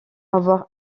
avoir